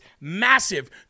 massive